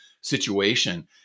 situation